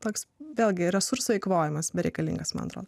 koks vėl gi resursų eikvojimas bereikalingas man atrodo